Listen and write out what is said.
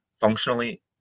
Functionally